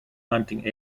hunting